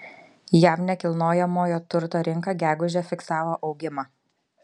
jav nekilnojamojo turto rinka gegužę fiksavo augimą